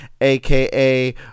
aka